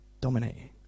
dominating